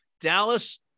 Dallas –